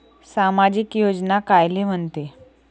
सामाजिक योजना कायले म्हंते?